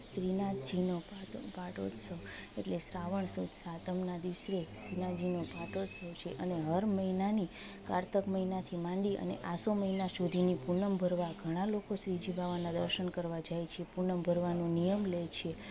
શ્રી નાથજીનો પાટો પાટોત્સવ એટલે શ્રાવણ સુદ સાતમના દિવસે શિલાજીનો પાટોત્સવ છે અને હર મહિનાની કારતક મહિનાથી માંડી અને આસો મહિના સુધીની પૂનમ ભરવા ઘણા લોકો શ્રીજી બાવાના દર્શન કરવા જાય છે પૂનમ ભરવાનું નિયમ લે છે